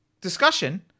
discussion